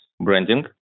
branding